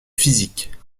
physique